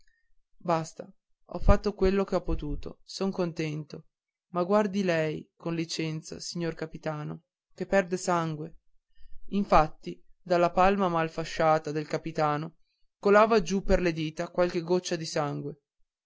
basta ho fatto quello che ho potuto son contento ma guardi lei con licenza signor capitano che perde sangue infatti dalla palma mal fasciata del capitano colava giù per le dita qualche goccia di sangue